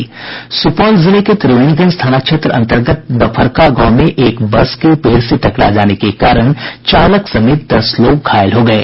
सुपौल जिले के त्रिवेणीगंज थाना क्षेत्र अंतर्गत डपरखा गांव में एक बस के पेड़ से टकरा जाने के कारण चालक समेत दस लोग घायल हो गये